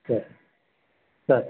sir sir